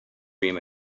dream